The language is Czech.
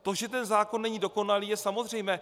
To, že ten zákon není dokonalý, je samozřejmé.